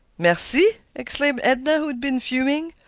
mercy! exclaimed edna, who had been fuming.